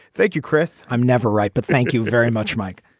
thank you, chris. i'm never right. but thank you very much, mike